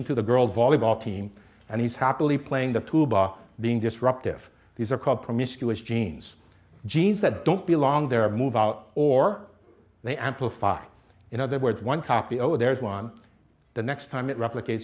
him to the girls volleyball team and he's happily playing the tuba being disruptive these are called promiscuous genes genes that don't belong there move out or they amplify in other words one copy oh there's one the next time it replicate